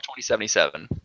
2077